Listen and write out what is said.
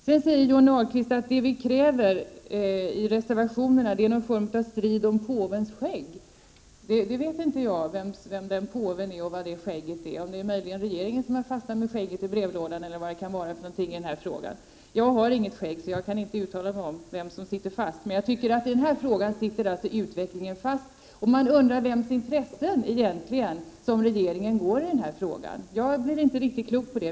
Sedan säger Johnny Ahlqvist att det vi kräver i reservationerna är en tvist om påvens skägg. Jag vet inte vem den påven är och vilket det skägget är, eller om det möjligen är regeringen som har fastnat med skägget i brevlådan i den här frågan. Jag har inget skägg, så jag kan inte uttala mig om vem som sitter fast. Men jag tycker att utvecklingen sitter fast i den här frågan. Man undrar vilkas ärenden regeringen egentligen går i den här frågan. Jag blev inte riktigt klok på det.